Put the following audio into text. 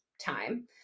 time